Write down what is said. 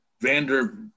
Vander